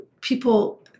people